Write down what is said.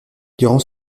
durant